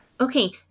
Okay